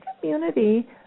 community